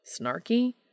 Snarky